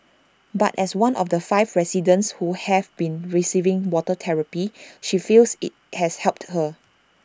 but as one of the five residents who have been receiving water therapy she feels IT has helped her